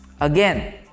Again